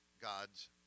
God's